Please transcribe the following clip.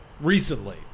recently